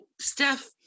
Steph